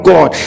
God